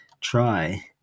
try